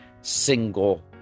single